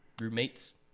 Roommates